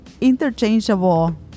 interchangeable